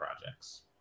projects